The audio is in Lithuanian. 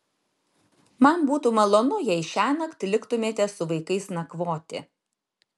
man būtų malonu jei šiąnakt liktumėte su vaikais nakvoti